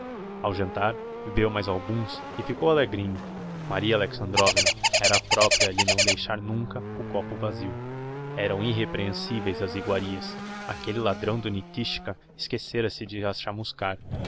ao jantar bebeu mais alguns e ficou alegrinho maria alexandrovna era a propria a lhe não deixar nunca o copo vazio eram irreprehensiveis as iguarias aquelle ladrão do nitichka esquecera-se de